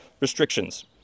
restrictions